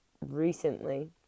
recently